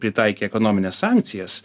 pritaikė ekonomines sankcijas